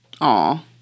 Aw